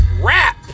Rap